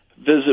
Visit